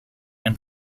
and